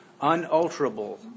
Unalterable